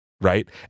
Right